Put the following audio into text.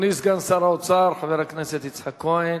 אדוני סגן שר האוצר, חבר הכנסת יצחק כהן,